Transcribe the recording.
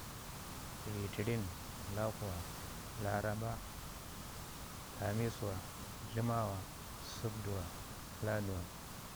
Lətirin, talakuwa, laraaba, lamiswa, dləmawa, səbduwa, laduwa